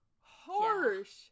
Harsh